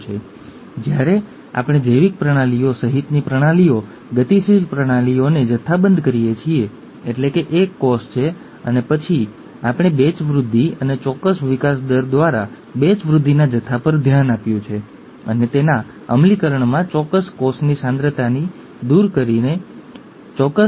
જો તમે મેન્ડેલ અને તેના કામ પર ભલામણ કરેલ વિડિઓ અથવા જરૂરી વિડિઓ જોઈ શકો છો તો તે ખૂબ જ સરસ રહેશે અમે તે જોઈશું ઠીક છે